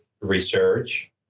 research